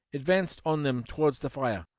advanced on them towards the fire.